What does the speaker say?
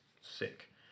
Sick